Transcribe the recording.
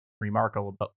remarkable